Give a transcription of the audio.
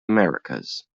americas